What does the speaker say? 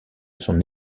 son